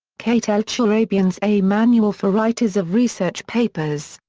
kate l. turabian's a manual for writers of research papers,